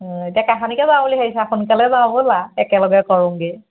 অ এতিয়া কাহানিকৈ যাওঁ বুলি ভাবিছা সোনকালে যাওঁ ব'লা একেলগে কৰোঁগৈ